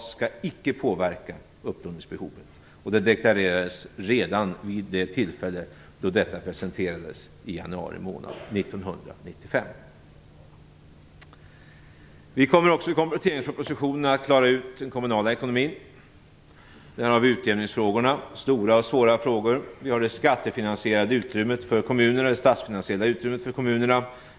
RAS skall icke påverka upplåningsbehovet. Det deklarerades redan vid det tillfälle då förslaget presenterades i januari månad 1995. Vi kommer också i kompletteringspropositionen att klara ut den kommunala ekonomin. Vi har utjämningsfrågorna. Det är stora och svåra frågor. Vi har frågan om det skattefinansierade och statsfinansiella utrymmet för kommunerna.